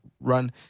run